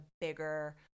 bigger